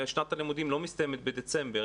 שנת הלימודים לא מסתיימת בדצמבר.